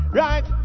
right